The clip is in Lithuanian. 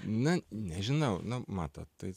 nu nežinau na matot tai